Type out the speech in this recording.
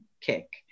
kick